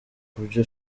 kubyo